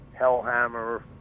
Hellhammer